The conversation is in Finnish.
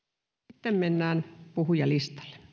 sitten mennään puhujalistalle